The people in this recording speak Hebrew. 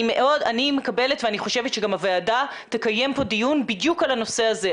אני מקבלת ואני חושבת שגם הוועדה תקיים פה דיון בדיוק על הנושא הזה.